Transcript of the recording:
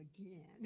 again